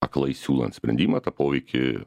aklai siūlant sprendimą tą poveikį